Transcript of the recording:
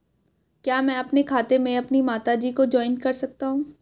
क्या मैं अपने खाते में अपनी माता जी को जॉइंट कर सकता हूँ?